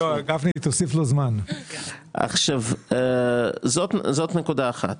אם כן, זאת נקודה אחת.